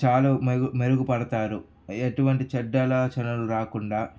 చాలా మెరుగుపడతారు ఎటువంటి చెడ్డ ఆలోచనలు రాకుండా